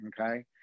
okay